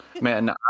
Man